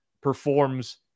performs